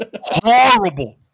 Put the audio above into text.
horrible